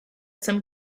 some